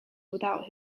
without